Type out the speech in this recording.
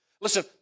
listen